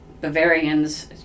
Bavarians